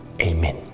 Amen